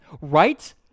right